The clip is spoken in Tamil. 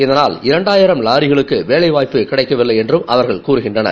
இதனால் இரண்டாயிரம் வாரிகளுக்கு வேலை வாய்ப்பு கிடைக்கவில்லை என்று அவர்கள் கூறுகின்றனர்